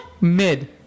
mid